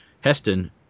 Heston